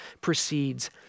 precedes